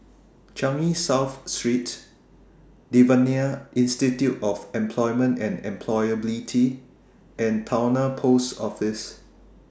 Changi South Street Devan Nair Institute of Employment and Employability and Towner Post Office